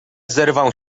zerwał